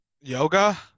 Yoga